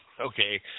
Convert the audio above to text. okay